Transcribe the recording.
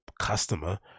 customer